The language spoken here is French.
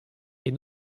est